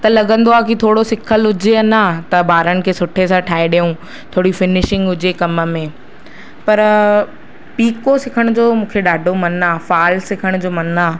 त लगंदो आहे की थोरो सिखियलु हुजे अञा त ॿारनि खे सुठे सां ठाहे ॾियूं थोरी फ़िनिशिंग हुजे कम में पर पीको सिखण जो मूंखे ॾाढो मन आहे फ़ाल सिखण जो मन आहे